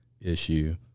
issue